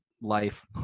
life